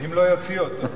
אם לא יוציאו אותו.